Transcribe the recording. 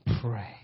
pray